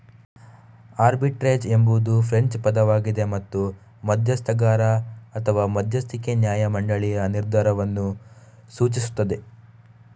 arbitrage ಎಂಬುದು French ಪದವಾಗಿದೆ ಮತ್ತು ಮಧ್ಯಸ್ಥಗಾರ ಅಥವಾ ಮಧ್ಯಸ್ಥಿಕೆ ನ್ಯಾಯ ಮಂಡಳಿಯ ನಿರ್ಧಾರವನ್ನು ಸೂಚಿಸುತ್ತದೆ